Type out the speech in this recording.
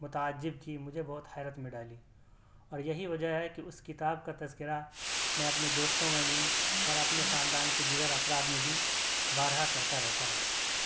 متعجب کی مجھے بہت حیرت میں ڈالی اور یہی وجہ ہے کہ اس کتاب کا تذکرہ میں اپنے دوستوں میں بھی اور اپنے خاندان کے دیگر افراد میں بھی بارہا کرتا رہتا ہوں